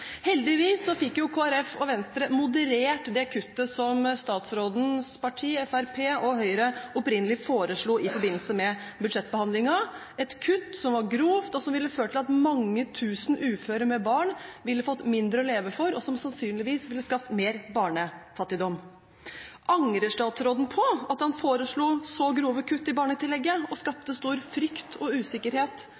Heldigvis fikk Kristelig Folkeparti og Venstre moderert det kuttet som statsrådens parti, Fremskrittspartiet, og Høyre opprinnelig foreslo i forbindelse med budsjettbehandlingen – et kutt som var grovt, som ville ført til at mange tusen uføre med barn ville fått mindre å leve for, og som sannsynligvis ville skapt mer barnefattigdom. Angrer statsråden på at han foreslo så grove kutt i barnetillegget og skapte stor frykt og usikkerhet